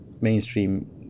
mainstream